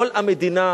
כל המדינה,